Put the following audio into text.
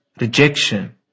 rejection